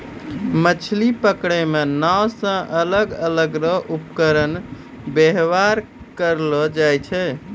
मछली पकड़ै मे नांव से अलग अलग रो उपकरण वेवहार करलो जाय छै